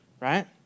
right